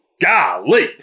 golly